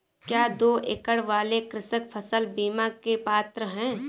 क्या दो एकड़ वाले कृषक फसल बीमा के पात्र हैं?